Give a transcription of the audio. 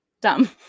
dumb